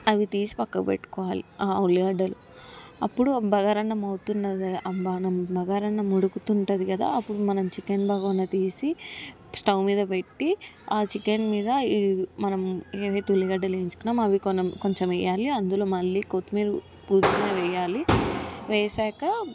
అవి తీసి పక్కకి పెట్టుకోవాలి ఆ ఉల్లిగడ్డలు అప్పుడు ఆ బాగారాన్నం అవుతున్నది ఆ బాగారాన్నం ఉడుకుతుంటుంది కదా అప్పుడు మనం చికెన్ బగువను తీసి స్టవ్ మీద పెట్టి ఆ చికెన్ మీద ఈ మనం ఏవైతే ఉల్లిగడ్డలు వేయించుకున్నామో అవి మనం కొంచెం వెయ్యాలి అందులో మళ్ళీ కొత్తిమీర పుదీనాకు వెయ్యాలి వేసాక